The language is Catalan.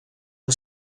amb